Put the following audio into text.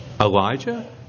Elijah